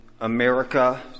America